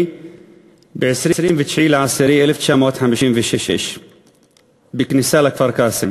ב-29 באוקטובר 1956 בכניסה לכפר-קאסם.